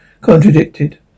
contradicted